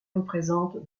représente